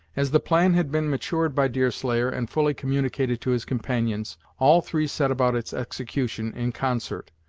as the plan had been matured by deerslayer, and fully communicated to his companions, all three set about its execution, in concert,